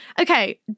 Okay